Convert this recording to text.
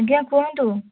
ଆଜ୍ଞା କୁହନ୍ତୁ